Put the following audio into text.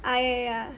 ye~ ya